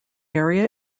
area